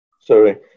Sorry